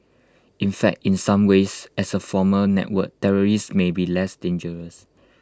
in fact in some ways as A formal network terrorists may be less dangerous